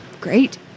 great